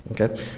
Okay